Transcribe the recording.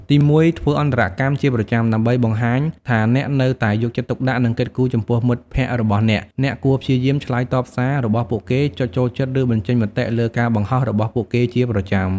ទីមួយ ធ្វើអន្តរកម្មជាប្រចាំ ដើម្បីបង្ហាញថាអ្នកនៅតែយកចិត្តទុកដាក់ និងគិតគូរចំពោះមិត្តភក្តិរបស់អ្នក អ្នកគួរព្យាយាម ឆ្លើយតបសារ របស់ពួកគេ ចុចចូលចិត្ត ឬ បញ្ចេញមតិ លើការបង្ហោះរបស់ពួកគេជាប្រចាំ។